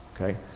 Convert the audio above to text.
Okay